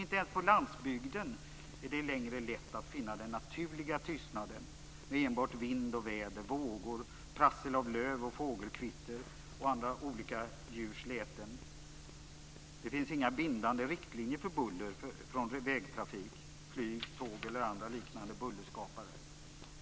Inte ens på landsbygden är det längre lätt att finna den naturliga tystnaden med enbart vind och väder, vågor, prassel av löv och fågelkvitter och andra djurs läten. Det finns inga bindande riktlinjer för buller från vägtrafik, flyg, tåg eller andra liknande bullerskapare.